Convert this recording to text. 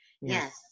Yes